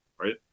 right